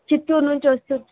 చిత్తూరు నుంచి వస్తూ